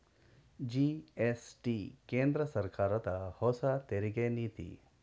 GST ಕೇಂದ್ರ ಸರ್ಕಾರದ ಹೊಸ ತೆರಿಗೆ ನೀತಿ